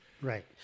Right